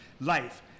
life